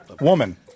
woman